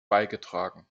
beigetragen